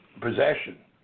possession